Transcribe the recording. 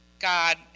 God